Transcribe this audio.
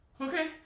Okay